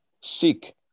Seek